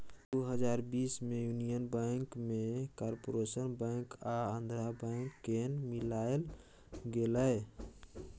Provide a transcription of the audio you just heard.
दु हजार बीस मे युनियन बैंक मे कारपोरेशन बैंक आ आंध्रा बैंक केँ मिलाएल गेलै